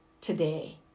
today